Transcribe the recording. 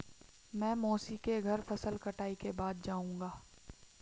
मैं मौसी के घर फसल कटाई के बाद जाऊंगा